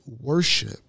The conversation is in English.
worship